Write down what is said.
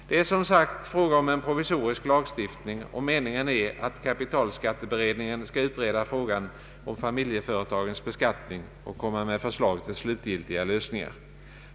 Det är som sagt fråga om en provisorisk lagstiftning, och meningen är att kapitalskatteberedningen skall utreda frågan om familjeföretagens beskattning och komma med förslag till slutgiltiga lösningar.